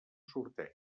sorteig